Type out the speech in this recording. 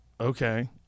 okay